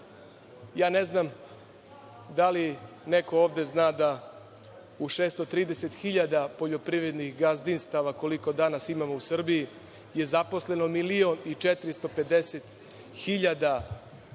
znam da li neko ovde zna da je u 630.000 poljoprivrednih gazdinstava, koliko ih danas imamo u Srbiji, zaposleno 1.450.000 članova gazdinstava